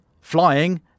flying